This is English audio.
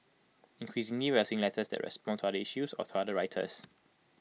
increasingly we are seeing letters that respond to other issues or to other writers